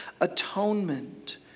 Atonement